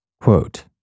Quote